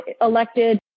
elected